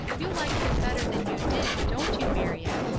you like him better than you did don't you, marion?